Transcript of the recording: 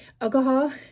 Alcohol